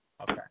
Okay